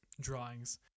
drawings